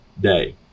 day